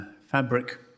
fabric